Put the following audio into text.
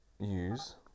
use